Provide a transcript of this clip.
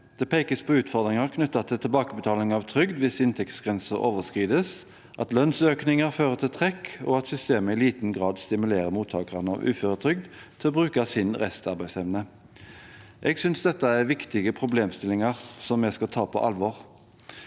Det pekes på utfordringer knyttet til tilbakebetaling av trygd hvis inntektsgrensen overskrides, at lønnsøkninger fører til trekk, og at systemet i liten grad stimulerer mottakerne av uføretrygd til å bruke sin restarbeidsevne. Jeg synes dette er viktige problemstillinger som vi skal ta på alvor.